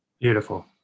Beautiful